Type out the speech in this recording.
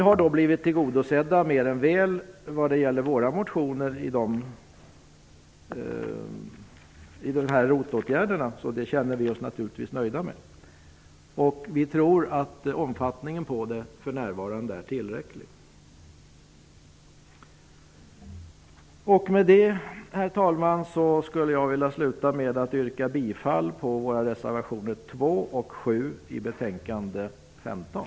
Våra motionskrav när det gäller ROT-åtgärderna har blivit mer än väl tillgodosedda. Det känner vi oss naturligtvis nöjda med. Vi tror att omfattningen på dem är tillräcklig för närvarande. Herr talman! Jag vill sluta med att yrka bifall till våra reservationer 2 och 7 i betänkande 15.